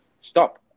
stop